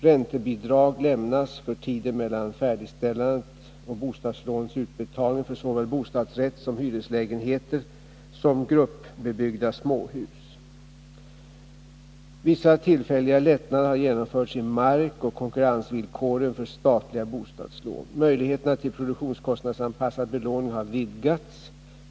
Räntebidrag lämnas för tiden mellan färdigställandet och bostadslånets utbetalning för såväl bostadsrättsoch hyreslägenheter som gruppbyggda småhus .